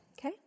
okay